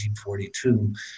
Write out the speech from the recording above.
1942